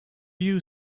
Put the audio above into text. you